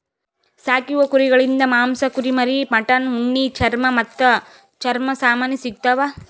ಸಾಕೀವು ಕುರಿಗೊಳಿಂದ್ ಮಾಂಸ, ಕುರಿಮರಿ, ಮಟನ್, ಉಣ್ಣಿ, ಚರ್ಮ ಮತ್ತ್ ಚರ್ಮ ಸಾಮಾನಿ ಸಿಗತಾವ್